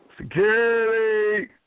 Security